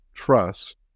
trust